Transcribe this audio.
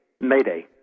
mayday